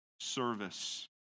Service